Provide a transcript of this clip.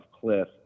cliff